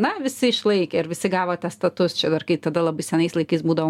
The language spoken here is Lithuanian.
na visi išlaikė ir visi gavo atestatus čia dar kai tada labai senais laikais būdavo